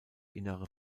innere